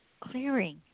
clearing